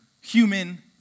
human